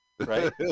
right